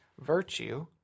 virtue